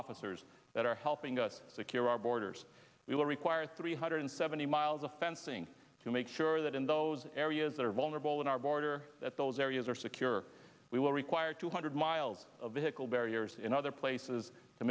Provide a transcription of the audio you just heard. officers that are helping us secure our borders we will require three hundred seventy miles of fencing to make sure that in those areas that are vulnerable in our border that those areas are secure we will require two hundred miles of vical barriers in other places to